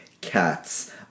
Cats